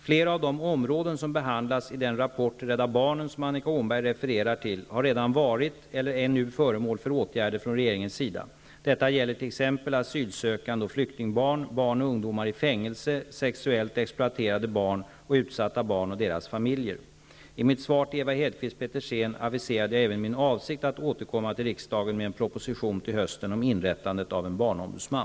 Flera av de områden som behandlas i den rapport till Rädda barnen som Annika Åhnberg refererar till har redan varit eller är nu föremål för åtgärder från regeringens sida. Detta gäller t.ex. I mitt svar till Ewa Hedkvist Petersen aviserade jag även min avsikt att till hösten återkomma till riksdagen med en proposition om inrättandet av en barnombudsman.